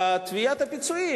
בתביעת הפיצויים,